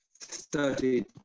studied